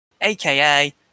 aka